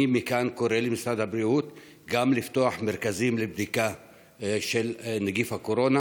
מכאן אני קורא למשרד הבריאות גם לפתוח מרכזים לבדיקה של נגיף הקורונה